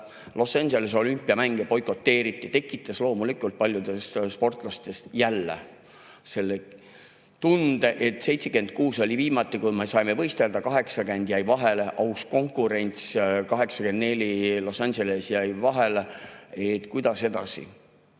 Los Angelese olümpiamänge boikoteeriti, tekitas loomulikult paljudes sportlastes jälle selle tunde, et 1976 oli viimati, kui me saime võistelda, 1980 jäi vahele, 1984 Los Angeles jäi vahele. Et kuidas edasi? Ka